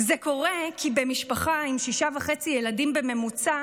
זה קורה כי משפחה עם שישה וחצי ילדים בממוצע